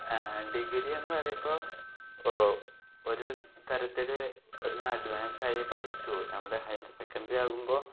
degree എന്നു പറയുമ്പോൾ ഓ ഒരു തരത്തിൽ ഒന്ന് അഡ്വാൻസായി പഠിച്ചു നമ്മുടെ ഹയർ സെക്കണ്ടറി ആകുമ്പോൾ